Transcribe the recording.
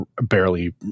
barely